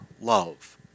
love